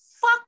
fuck